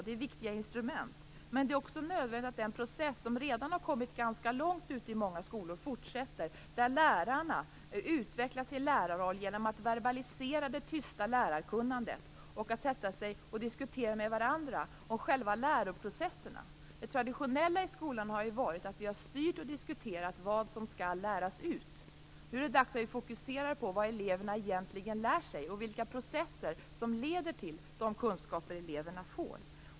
De är viktiga instrument, men det är också nödvändigt att den process som redan har kommit ganska långt ute i många skolor fortsätter. Där utvecklar lärarna sin lärarroll genom att verbalisera det tysta lärarkunnandet och genom att diskutera med varandra om själva läroprocesserna. Det traditionella i skolan har ju varit att vi har styrt och diskuterat vad som skall läras ut. Nu är det dags att vi fokuserar på vad eleverna egentligen lär sig och vilka processer som leder till de kunskaper eleverna får.